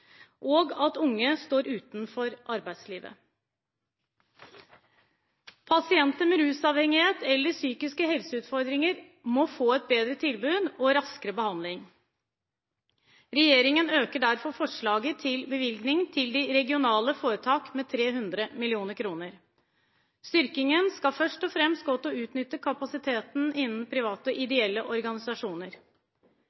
og at unge står utenfor arbeidslivet. Pasienter med rusavhengighet eller psykiske helseutfordringer må få et bedre tilbud og raskere behandling. Regjeringen øker derfor forslaget til bevilgning til de regionale foretakene med 300 mill. kr. Styrkingen skal først og fremst gå til å utnytte kapasiteten innen private og